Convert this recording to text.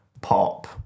pop